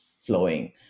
flowing